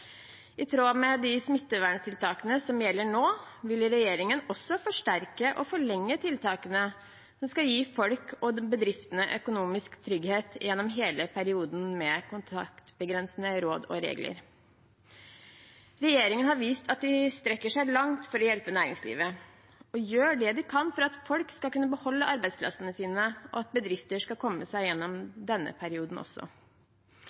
I tråd med de smitteverntiltakene som gjelder nå, vil regjeringen også forsterke og forlenge tiltakene som skal gi folk og bedriftene økonomisk trygghet gjennom hele perioden med kontaktbegrensende råd og regler. Regjeringen har vist at den strekker seg langt for å hjelpe næringslivet og gjør det den kan for at folk skal kunne beholde arbeidsplassene sine, og for at bedriftene skal kunne komme seg igjennom denne perioden også.